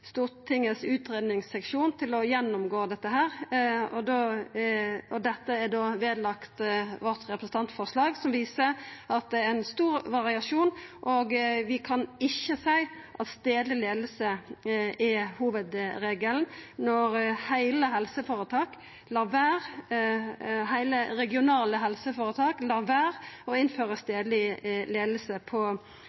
Stortingets utgreiingsseksjon til å gjennomgå dette, og dette er lagt ved representantforslaget vårt og viser at det er stor variasjon. Vi kan ikkje seia at stadleg leiing er hovudregelen når heile regionale helseføretak